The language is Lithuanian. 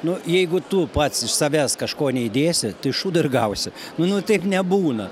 nu jeigu tu pats iš savęs kažko neįdėsi tai šūdą ir gausi nu nu taip nebūna